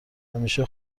همیشه